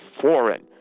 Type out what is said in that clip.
foreign